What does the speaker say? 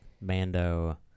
Mando